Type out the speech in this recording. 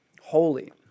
holy